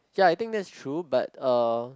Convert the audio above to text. ya I think that's true but uh